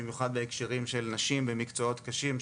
במיוחד בהקשרים של נשים במקצועות קשים,